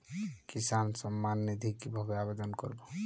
কিষান সম্মাননিধি কিভাবে আবেদন করব?